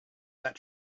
that